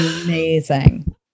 amazing